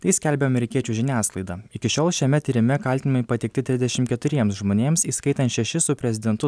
tai skelbia amerikiečių žiniasklaida iki šiol šiame tyrime kaltinimai pateikti trisdešimt keturiems žmonėms įskaitant šešis su prezidentu